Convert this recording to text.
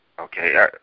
Okay